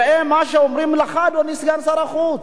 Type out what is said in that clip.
ראה מה שאומרים לך, אדוני סגן שר החוץ,